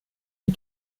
die